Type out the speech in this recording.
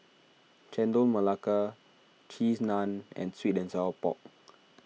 Chendol Melaka Cheese Naan and Sweet and Sour Pork